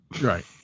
Right